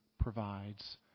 provides